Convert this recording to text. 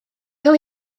cael